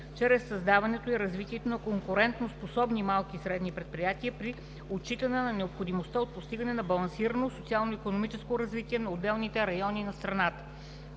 чрез създаването и развитието на конкурентоспособни малки и средни предприятия при отчитане на необходимостта от постигане на балансирано социално-икономическо развитие на отделните райони на страната.